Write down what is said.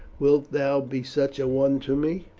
wilt thou be such a one to me?